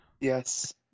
Yes